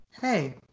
Hey